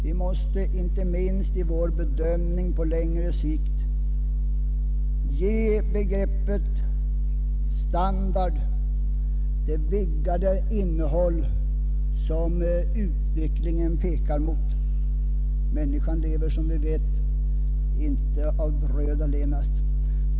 Vi måste — inte minst i vår bedömning på längre sikt — ge begreppet ”standard” det vidgade inehåll som utvecklingen pekar mot. Människan lever som bekant inte av bröd allenast.